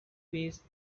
ways